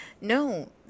No